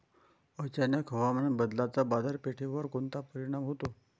अचानक हवामान बदलाचा बाजारपेठेवर कोनचा परिणाम होतो?